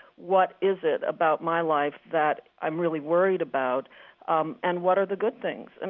what is it about my life that i'm really worried about um and what are the good things? and